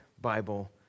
Bible